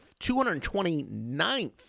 229th